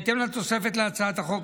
בהתאם לתוספת להצעת החוק,